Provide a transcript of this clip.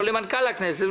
או למנכ"ל הכנסת,